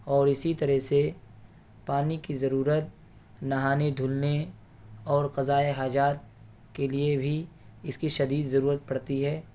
اور اسی طرح سے پانی کی ضرورت نہانے دھونے اور قضائے حاجات کے لیے بھی اس کی شدید ضرورت پڑتی ہے